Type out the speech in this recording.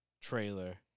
trailer